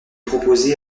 proposés